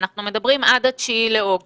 אנחנו מדברים על עד ה-9 באוגוסט,